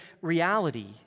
reality